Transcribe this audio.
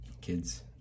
kids